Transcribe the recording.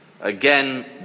Again